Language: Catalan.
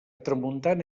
tramuntana